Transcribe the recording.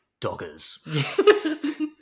doggers